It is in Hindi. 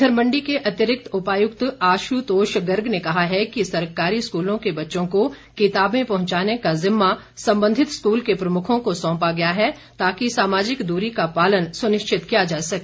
इधर मण्डी के अतिरिक्त उपायुक्त आशुतोष गर्ग ने कहा है कि सरकारी स्कूलों के बच्चों को किताबें पहुंचाने का ज़िम्मा संबंधित स्कूल के प्रमुखों को सौंपा गया है ताकि सामाजिक दूरी का पालन सुनिश्चित किया जा सके